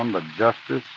um ah justice,